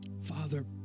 Father